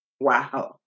Wow